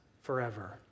forever